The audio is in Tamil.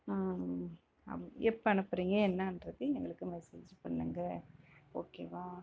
எப்போ அனுப்புகிறீங்க என்னென்றத எங்களுக்கு மெஸேஜ் பண்ணுங்கள் ஓகேவா